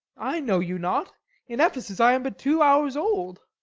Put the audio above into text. i know you not in ephesus i am but two hours old,